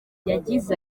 yagize